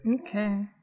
Okay